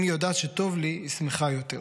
/ אם היא יודעת שטוב לי היא שמחה יותר).